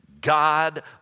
God